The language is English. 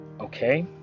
okay